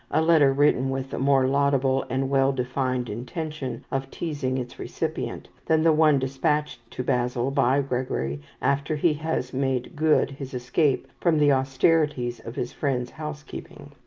a letter written with a more laudable and well-defined intention of teasing its recipient, than the one dispatched to basil by gregory after he has made good his escape from the austerities of his friend's housekeeping.